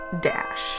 Dash